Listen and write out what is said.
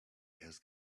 has